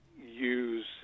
use